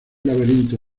laberinto